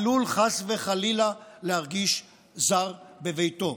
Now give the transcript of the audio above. עלול חס וחלילה להרגיש זר בביתו.